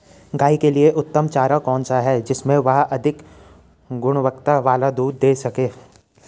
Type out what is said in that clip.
गाय के लिए उत्तम चारा कौन सा है जिससे वह अधिक गुणवत्ता वाला दूध दें सके?